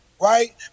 right